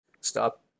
stop